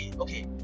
Okay